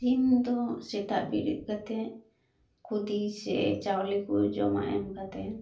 ᱥᱤᱢᱫᱚ ᱥᱮᱛᱟᱜ ᱵᱮᱨᱮᱫ ᱠᱟᱛᱮᱫ ᱠᱷᱚᱫᱮ ᱥᱮ ᱪᱟᱣᱞᱮᱠᱚ ᱡᱚᱢᱟᱜ ᱮᱢ ᱠᱟᱛᱮᱫ